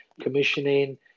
commissioning